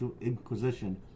Inquisition